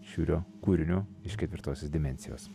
šiurio kūriniu iš ketvirtosios dimensijos